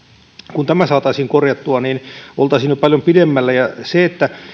kun tämä saataisiin korjattua niin oltaisiin jo paljon pidemmällä sillä että